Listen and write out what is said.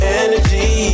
energy